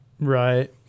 right